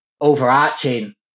overarching